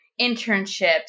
internships